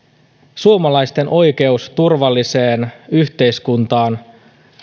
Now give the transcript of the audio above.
suomalaisten oikeus turvalliseen yhteiskuntaan